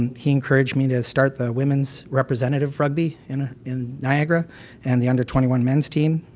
and he encouraged me to start the women's representative rugby in ah in niagara and the under twenty one men's team,